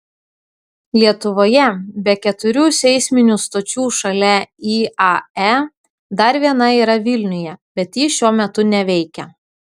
lietuvoje be keturių seisminių stočių šalia iae dar viena yra vilniuje bet ji šiuo metu neveikia